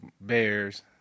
Bears